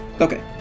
Okay